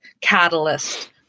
catalyst